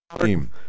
team